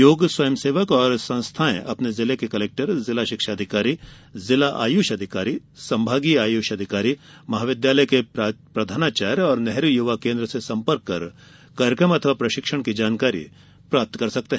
योग स्वयंसेवक और संस्थाएँ अपने जिले के कलेक्टर जिला शिक्षाधिकारी जिला आयुष अधिकारी संभागीय आयुष अधिकारी महाविद्यालय के प्रधानाचार्य नेहरू युवा केन्द्र से सम्पर्क कर कार्यक्रम अथवा प्रशिक्षण की जानकारी प्राप्त कर सकते हैं